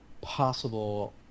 Possible